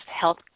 health